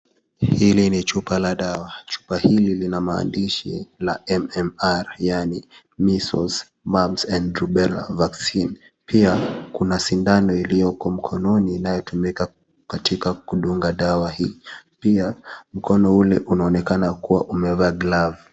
Hili ni chupa la dawa chupa hili linamaandishi la MMR yaani measles mumps na rubela vaccine pia kuna sindano ilioko mkononi inatumika katika kudunga dawa hii pia mkono ule unaonekana kuwa umevaa glavu.